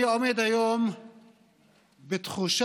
יושב-ראש